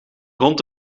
rond